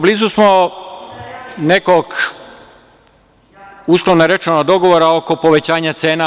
Blizu smo nekog, uslovno rečeno, dogovora oko povećanja cena.